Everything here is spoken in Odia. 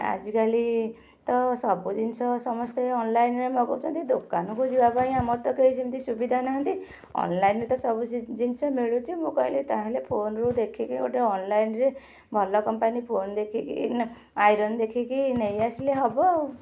ଆଜିକାଲି ତ ସବୁ ଜିନିଷ ସମସ୍ତେ ଅନଲାଇନ୍ରେ ମଗାଉଛନ୍ତି ଦୋକାନକୁ ଯିବା ପାଇଁ ଆମର ତ କେହି ସେମିତି ସୁବିଧା ନାହାଁନ୍ତି ଅନଲାଇନ୍ରେ ତ ସବୁ ଜିନିଷ ମିଳୁଛି ମୁଁ କହିଲି ତା'ହେଲେ ଫୋନରୁ ଦେଖିକି ଗୋଟେ ଅନଲାଇନ୍ରେ ଭଲ କମ୍ପାନୀ ଫୋନ ଦେଖିକିନା ଆଇରନ୍ ଦେଖିକି ନେଇ ଆସିଲେ ହବ ଆଉ